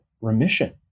remission